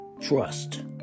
trust